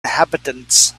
inhabitants